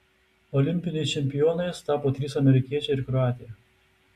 olimpiniais čempionais tapo trys amerikiečiai ir kroatė